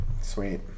Sweet